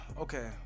okay